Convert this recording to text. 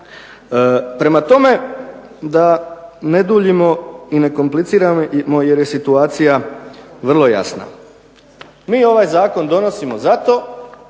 Prema tome da ne duljimo i ne kompliciramo jer je situacija vrlo jasna, mi ovaj zakon donosimo zato